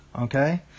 okay